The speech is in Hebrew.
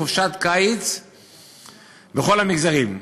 חופשת קיץ בכל המגזרים,